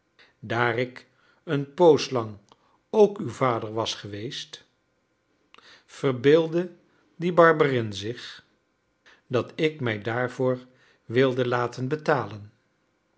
daar ik een poos lang ook uw vader was geweest verbeeldde die barberin zich dat ik mij daarvoor wilde laten betalen